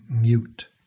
mute